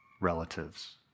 relatives